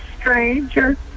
stranger